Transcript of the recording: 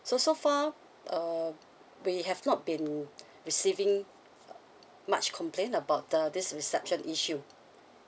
so so far uh we have not been receiving uh much complain about the this reception issue